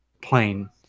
plain